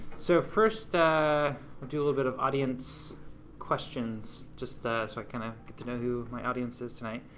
so first, we'll do a little bit of audience questions just so i kind of get to know who my audience is tonight.